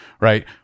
right